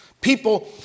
People